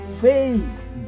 faith